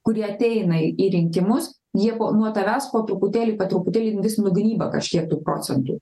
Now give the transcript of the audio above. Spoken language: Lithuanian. kurie ateina į rinkimus jie po nuo tavęs po truputėlį po truputėlį vis nugnyba kažkiek tų procentų